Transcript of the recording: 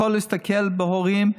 יכול להסתכל בהורים,